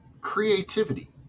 creativity